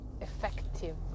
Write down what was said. effective